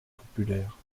populaire